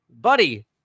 buddy